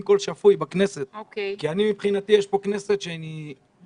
קול שפוי בכנסת כי מבחינתי יש פה כנסת אני